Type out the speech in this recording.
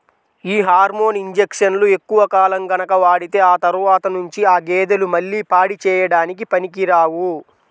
యీ హార్మోన్ ఇంజక్షన్లు ఎక్కువ కాలం గనక వాడితే ఆ తర్వాత నుంచి ఆ గేదెలు మళ్ళీ పాడి చేయడానికి పనికిరావు